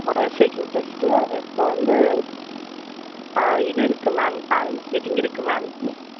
ah S I Q test இப்போ வந்து இது இருக்குது மேம் பேரண்ட்ஸ் மீட்டிங் இருக்குது மேம்